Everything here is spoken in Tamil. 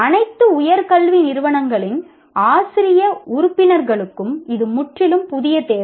அனைத்து உயர் கல்வி நிறுவனங்களின் ஆசிரிய உறுப்பினர்களுக்கும் இது முற்றிலும் புதிய தேவை